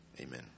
amen